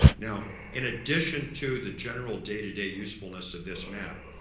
now, in addition to the general day-to-day usefulness of this map,